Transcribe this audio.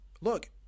look